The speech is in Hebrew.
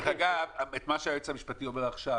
דרך אגב, את מה שהיועץ המשפטי אומר עכשיו